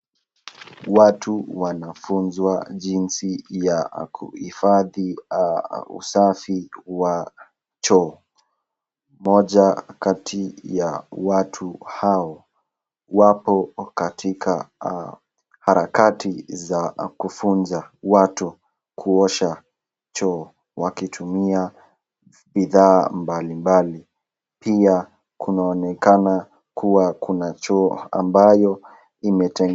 Watu wanafunzwa jinsi ya kuhifadhi usafi wa choo. Moja kati ya watu hao ,wako katika harakati za kufunza watu kuosha Choo, wakitumia bidhaa mbalimbali. Pia kunaoneka kuwa kuna choo ambayo imetengenezwa.